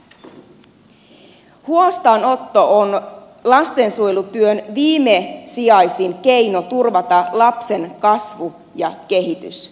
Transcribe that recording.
huostaanotto on lastensuojelutyön viimesijaisin keino turvata lapsen kasvu ja kehitys